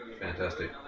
fantastic